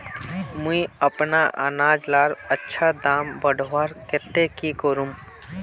मुई अपना अनाज लार अच्छा दाम बढ़वार केते की करूम?